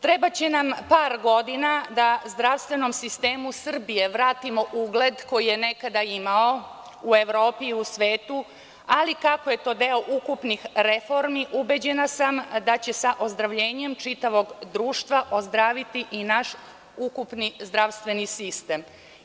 Trebaće nam par godina da zdravstvenom sistemu Srbije vratimo ugled koji je nekada imao u Evropi i u svetu, ali kako je to deo ukupnih reformi, ubeđena sam da će sa ozdravljenjem čitavog društva ozdraviti i naš ukupni zdravstveni sistem.